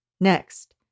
Next